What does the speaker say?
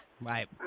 Right